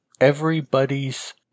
everybody's